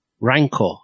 Rancor